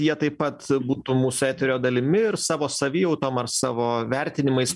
jie taip pat būtų mūsų eterio dalimi ir savo savijautom ar savo vertinimais